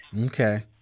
Okay